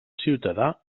ciutadà